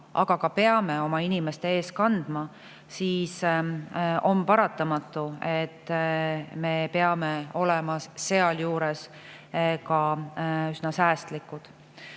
aga ka peame oma inimeste ees kandma, siis on paratamatu, et me peame sealjuures olema üsna säästlikud.